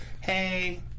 Hey